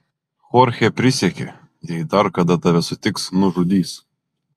chorchė prisiekė jei dar kada tave sutiks nužudys